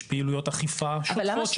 יש פעילויות אכיפה שוטפות שקורות.